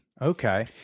Okay